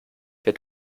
der